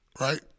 Right